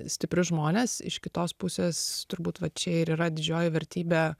stiprius žmones iš kitos pusės turbūt va čia ir yra didžioji vertybė